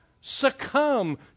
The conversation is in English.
succumb